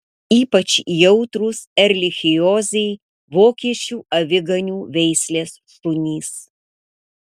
ypač jautrūs erlichiozei vokiečių aviganių veislės šunys